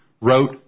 wrote